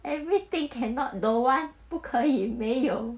everything cannot don't want 不可以没有